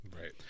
Right